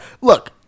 look